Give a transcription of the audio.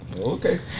Okay